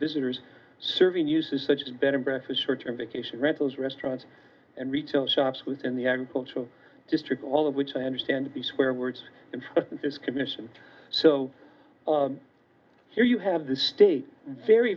visitors serving uses such as better breakfast short term vacation rentals restaurants and retail shops within the agricultural district all of which i understand to be swear words and this is commissioned so here you have the state very